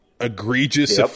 egregious